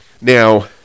Now